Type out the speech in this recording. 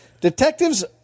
detectives